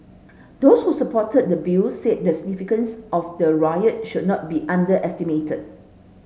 those who supported the Bill said the significance of the riot should not be underestimated